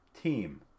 Team